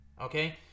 okay